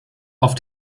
auf